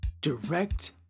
direct